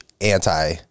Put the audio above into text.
anti